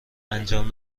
انجام